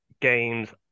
games